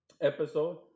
episode